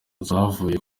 zavuye